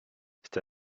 c’est